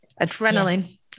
adrenaline